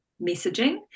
messaging